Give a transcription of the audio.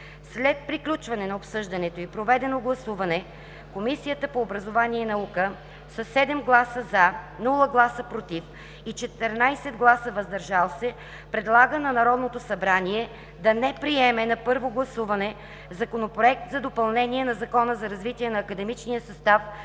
След приключване на обсъждането и проведено гласуване Комисията по образованието и науката: със 7 гласа „за“, без „против“ и 14 гласа „въздържал се“ предлага на Народното събрание да не приеме на първо гласуване Законопроект за допълнение на Закона за развитието на академичния състав